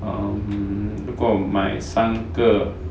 um 如果买三个